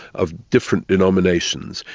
of different denominations,